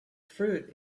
fruit